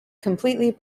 completely